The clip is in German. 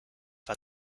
war